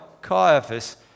Caiaphas